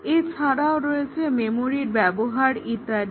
এছাড়াও রয়েছে মেমোরির ব্যবহার ইত্যাদি